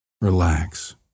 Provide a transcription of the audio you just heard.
relax